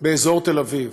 באזור תל-אביב,